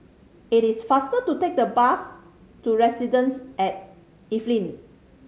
it is faster to take the bus to Residences at Evelyn